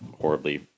horribly